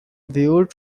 viewed